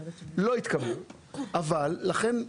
לכן,